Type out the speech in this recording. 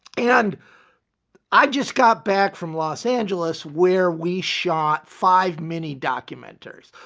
and i just got back from los angeles where we shot five mini documentaries.